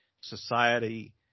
Society